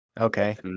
okay